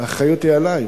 האחריות היא עלי.